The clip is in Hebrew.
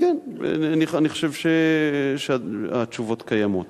כן כן, אני חושב שהתשובות קיימות.